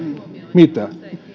mitä